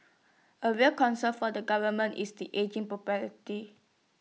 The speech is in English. A real concern for the government is the ageing